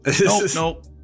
Nope